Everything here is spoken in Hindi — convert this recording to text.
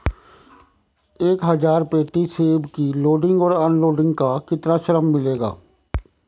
एक हज़ार पेटी सेब की लोडिंग और अनलोडिंग का कितना श्रम मिलेगा?